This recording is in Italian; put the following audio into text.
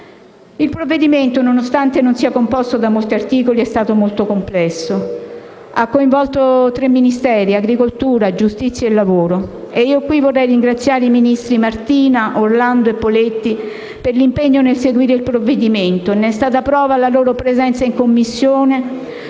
Il provvedimento, nonostante non sia composto di molti articoli, è stato molto complesso: ha coinvolto tre Ministeri - politiche agricole, giustizia e lavoro - e io qui vorrei ringraziare i ministri Martina, Orlando e Poletti per l'impegno nel seguire il provvedimento. Ne è stata prova la loro presenza in Commissione